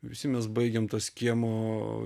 visi mes baigėm tas kiemo